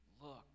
look